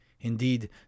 Indeed